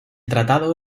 tratado